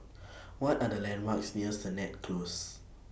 What Are The landmarks near Sennett Close